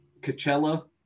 Coachella